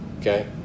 Okay